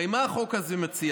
הרי מה החוק הזה מציע?